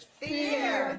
fear